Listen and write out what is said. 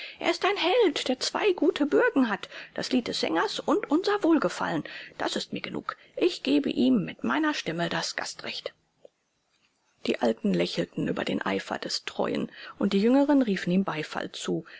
er ist ein held der zwei gute bürgen hat das lied des sängers und unser wohlgefallen das ist mir genug ich gebe ihm mit meiner stimme das gastrecht die alten lächelten über den eifer des treuen und die jüngeren riefen ihm beifall zu